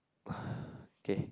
okay